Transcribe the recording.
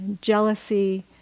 jealousy